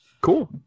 Cool